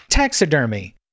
taxidermy